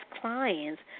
clients